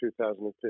2015